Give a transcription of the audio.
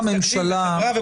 עבודות שירות הן לא הקלה.